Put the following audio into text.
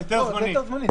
היתר זמני.